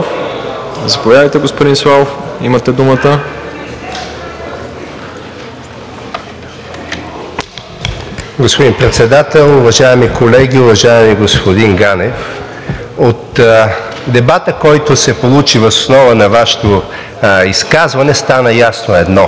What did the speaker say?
Заповядайте, господин Славов, имате думата. АТАНАС СЛАВОВ (ДБ): Господин Председател, уважаеми колеги! Уважаеми господин Ганев, от дебата, който се получи въз основа на Вашето изказване, стана ясно едно.